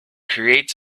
creates